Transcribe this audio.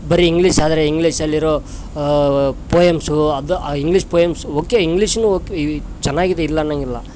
ಬರೀ ಇಂಗ್ಲಿಷ್ ಆದರೆ ಇಂಗ್ಲಿಷಲ್ಲಿರೋ ಪೋಯಮ್ಸು ಅದು ಇಂಗ್ಲಿಷ್ ಪೋಯಮ್ಸ್ ಓಕೇ ಇಂಗ್ಲಿಷನ್ನು ಓದ್ತೀವಿ ಚೆನ್ನಾಗಿದೆ ಇಲ್ಲನ್ನಂಗಿಲ್ಲ